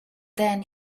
then